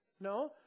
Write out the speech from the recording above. No